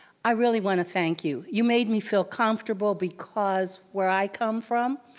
i really wanna thank you. you made me feel comfortable because where i come from,